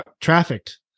trafficked